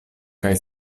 kaj